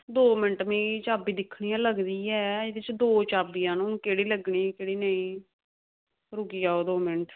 दौ मिंट में दिक्खनी आं चाभी लगदी ऐ अच्छा हून दौ चाभियां केह्ड़ी लग्गनी केह्ड़ी नेईं रुकी जाओ दौ मिंट